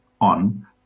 on